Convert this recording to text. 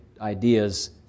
ideas